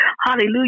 Hallelujah